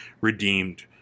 redeemed